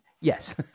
Yes